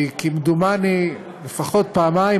כמדומני לפחות פעמיים,